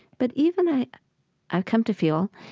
but even, ah i've come to feel,